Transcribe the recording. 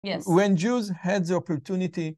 כן, כשהיה ליהודים הזאת הזכויות.